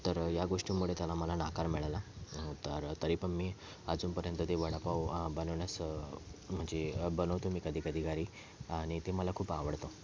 तर या गोष्टीमुळे त्याला मला नकार मिळाला तर तरी पण मी अजूनपर्यंत ते वडापाव बनवण्यास म्हणजे बनवतो मी कधीकधी घरी आणि ते मला खूप आवडतं